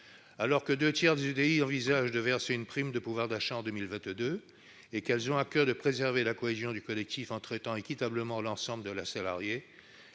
Alors que deux tiers des ETI envisagent de verser une prime de pouvoir d'achat en 2022 et ont à coeur de préserver la cohésion du collectif en traitant équitablement l'ensemble de leurs salariés,